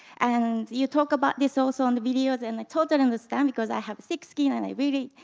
and you talk about this also on the videos and i totally understand because i have thick skin, and i really,